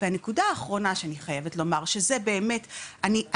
נקודה אחרונה שאני חייבת לומר שזה באמת אני,